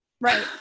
right